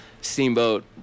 Steamboat